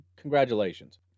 congratulations